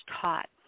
taught